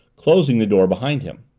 closing the door behind him.